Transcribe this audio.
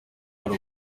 hari